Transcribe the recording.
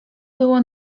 było